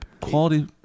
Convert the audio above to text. quality